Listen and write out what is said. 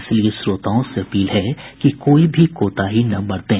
इसलिए श्रोताओं से अपील है कि कोई भी कोताही न बरतें